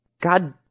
God